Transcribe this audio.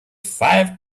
five